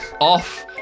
off